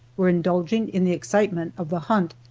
were indulging in the excitement of the hunt,